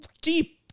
deep